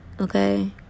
Okay